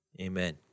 amen